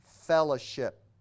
fellowship